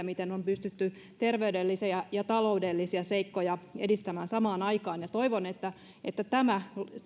miten on pystytty terveydellisiä ja taloudellisia seikkoja edistämään samaan aikaan ja toivon että että tämä